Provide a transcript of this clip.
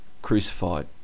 Crucified